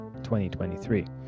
2023